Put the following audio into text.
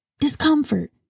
Discomfort